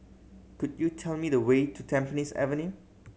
could you tell me the way to Tampines Avenue